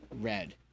red